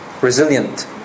resilient